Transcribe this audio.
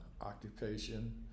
occupation